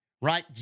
right